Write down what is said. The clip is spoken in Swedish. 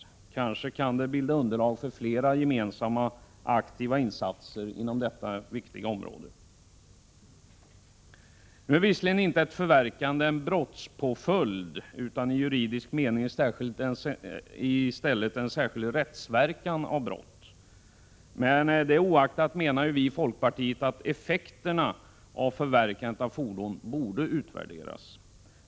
Det kunde kanske bilda underlag för flera gemensamma, aktiva insatser inom detta viktiga område. Förverkande är visserligen inte en brottspåföljd i juridisk mening, utan i stället en särskild rättsverkan av brott. Oaktat detta menar vi i folkpartiet att effekterna av förverkandet av fordon borde utvärderas.